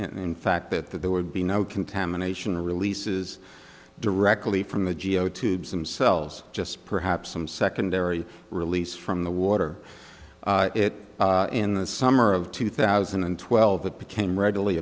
in fact that there would be no contamination releases directly from the g a o tubes themselves just perhaps some secondary release from the water it in the summer of two thousand and twelve it became readily